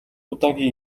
удаагийн